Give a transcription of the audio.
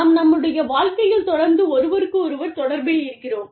நாம் நம்முடைய வாழக்கையில் தொடர்ந்து ஒருவருக்கொருவர் தொடர்பில் இருக்கிறோம்